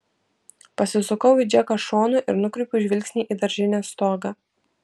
pasisukau į džeką šonu ir nukreipiau žvilgsnį į daržinės stogą